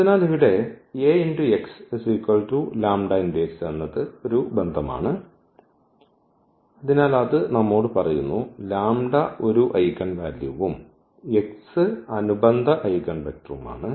അതിനാൽ ഇവിടെ Ax λx എന്നത് ഒരു ബന്ധമാണ് അതിനാൽ അത് നമ്മോട് പറയുന്നു ഒരു ഐഗൻവാല്യൂഉം x അനുബന്ധ ഐഗൻവെക്റ്റർഉം ആണ്